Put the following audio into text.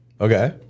Okay